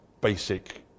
basic